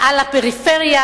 על הפריפריה,